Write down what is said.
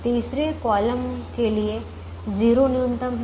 तीसरे कॉलम के लिए 0 न्यूनतम है